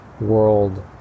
world